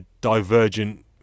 divergent